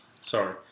Sorry